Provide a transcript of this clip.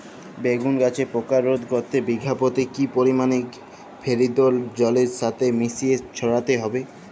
বেগুন গাছে পোকা রোধ করতে বিঘা পতি কি পরিমাণে ফেরিডোল জলের সাথে মিশিয়ে ছড়াতে হবে?